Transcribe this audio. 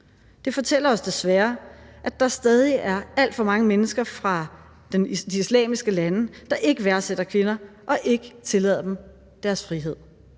Det fortæller os desværre, at der stadig er alt for mange mennesker fra de islamiske lande, der ikke værdsætter kvinder og ikke tillader dem deres frihed.